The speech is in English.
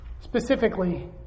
specifically